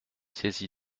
saisi